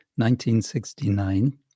1969